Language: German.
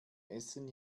essen